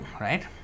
right